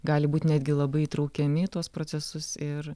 gali būt netgi labai įtraukiami į tuos procesus ir